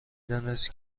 دانست